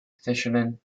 fishermen